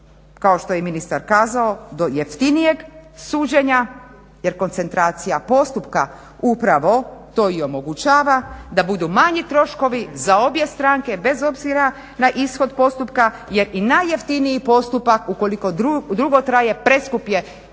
kao što je i ministar kazao do jeftinijeg suđenja jer koncentracija postupka upravo to i omogućava da budu manji troškovi za obje stranke bez obzira na ishod postupka jer i najjeftiniji postupak ukoliko dugo traje preskup je i za